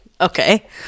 Okay